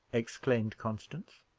exclaimed constance.